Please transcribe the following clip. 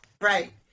right